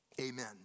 amen